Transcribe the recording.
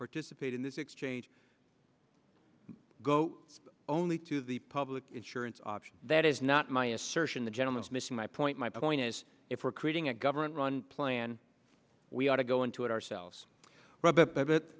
participate in this exchange go only to the public insurance option that is not my assertion the gentleman is missing my point my point is if we're creating a government run plan we ought to go into it ourselves rob it